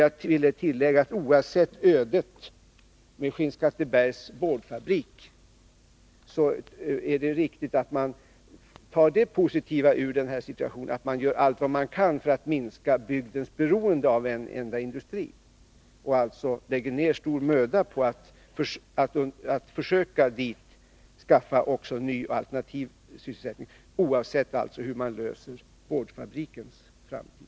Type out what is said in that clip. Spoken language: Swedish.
Jag vill tillägga att oavsett ödet med Skinnskattebergs boardfabrik så är det riktigt att man tar det positiva ur den här situationen, att man gör allt vad man kan för att minska bygdens beroende av en enda industri och lägger ned stor möda på att försöka skaffa dit ny och alternativ sysselsättning, oavsett hur man löser boardfabrikens framtid.